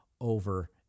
over